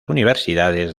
universidades